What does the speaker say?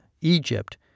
Egypt